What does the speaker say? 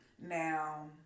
Now